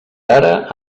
ara